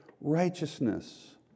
righteousness